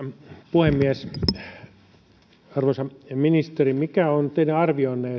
puhemies arvoisa ministeri mikä on teidän arvionne